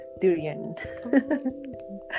durian